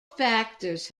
factors